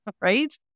right